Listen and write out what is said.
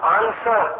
answer